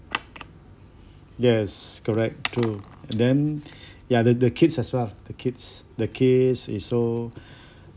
yes correct true and then ya the the kids as well the kids the kids is so